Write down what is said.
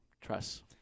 Trust